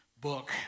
book